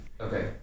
Okay